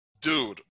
Dude